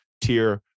tier